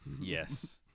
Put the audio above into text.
Yes